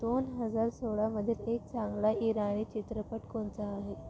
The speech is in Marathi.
दोन हजार सोळामधील एक चांगला इराणी चित्रपट कोनचा आहे